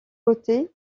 côté